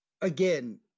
again